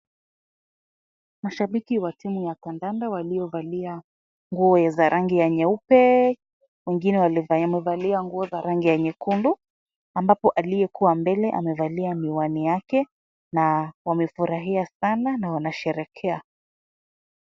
Mashabiki wa timu ya kandanda waliovalia nguo za rangi ya nyeupe, wengine wamevalia nguo za rangi nyekundu, ambapo aliyekuwa mbele amevalia miwani yake na wamefurahia sana na wanasherehekea.